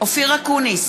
אופיר אקוניס,